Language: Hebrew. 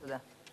תודה.